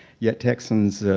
yet texans,